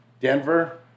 Denver